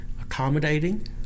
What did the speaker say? accommodating